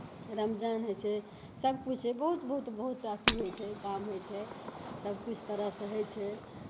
रमजान होइ छै सभकिछु बहुत बहुत बहुत अथी होइ छै काम होइ छै सभकिछु तरहसँ होइ छै